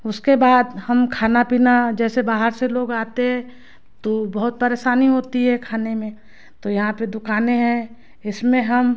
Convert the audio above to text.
उसके बाद हम खाना पीना जैसे बाहर से लोग आते है तो बहुत परेशानी होती है खाने में तो यहाँ पर दुकाने है इसमें हम